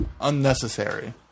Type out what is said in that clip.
unnecessary